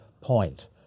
point